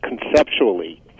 conceptually